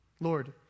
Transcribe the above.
Lord